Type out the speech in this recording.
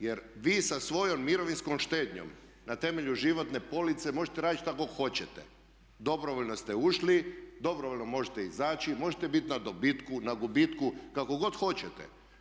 Jer vi sa svojom mirovinskom štednjom na temelju životne police možete raditi što god hoćete, dobrovoljno ste ušli, dobrovoljno možete izaći, možete biti na dobitku, na gubitku kako god hoćete.